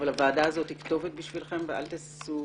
אבל הוועדה הזאת היא כתובת בשבילכם ואל תהססו